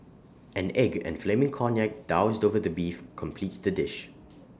an egg and flaming cognac doused over the beef completes the dish